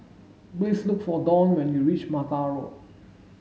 please look for Donn when you reach Mattar Road